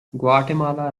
guatemala